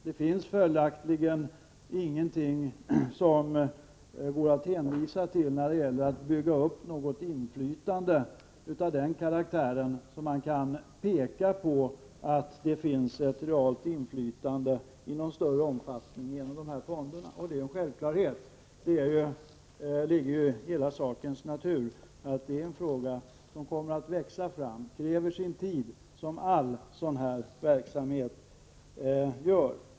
Det finns följaktligen ingenting att hänvisa till eller peka på när det gäller ett reellt inflytande i någon större omfattning genom dessa fonder — det är en självklarhet. Det ligger i sakens natur att detta är någonting som kommer att växa fram. Det kräver sin tid som all sådan här verksamhet gör.